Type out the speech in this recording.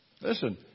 Listen